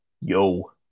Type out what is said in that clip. Yo